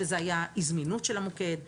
כשזה היה אי זמינות של המוקד,